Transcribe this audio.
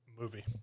Movie